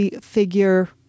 figure